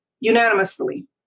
unanimously